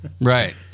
Right